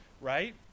right